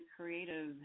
creative